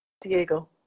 Diego